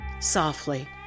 softly